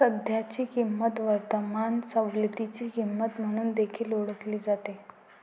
सध्याची किंमत वर्तमान सवलतीची किंमत म्हणून देखील ओळखली जाते